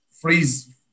freeze